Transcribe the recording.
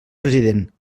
president